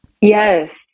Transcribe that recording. yes